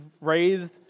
raised